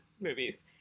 movies